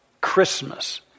Christmas